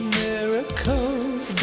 miracles